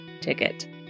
ticket